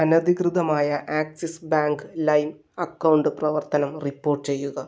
അനധികൃതമായ Axis bank ലൈം account പ്രവർത്തനം report ചെയ്യുക